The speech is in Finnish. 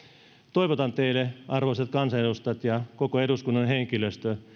toivotan teille arvoisat kansanedustajat ja koko eduskunnan henkilöstö